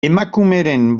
emakumeren